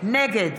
נגד